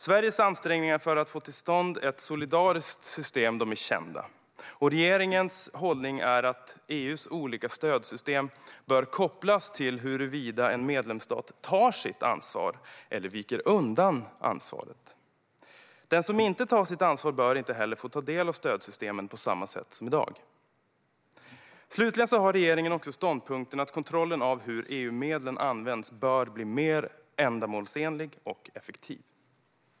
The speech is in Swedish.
Sveriges ansträngningar för att få till stånd ett solidariskt system är kända, och regeringens hållning är att EU:s olika stödsystem bör kopplas till huruvida en medlemsstat tar sitt ansvar eller viker undan från det. Den som inte tar sitt ansvar bör inte heller få ta del av stödsystemen på samma sätt som i dag. Slutligen har regeringen ståndpunkten att kontrollen av hur EU-medlen används bör bli mer ändamålsenlig och effektiv.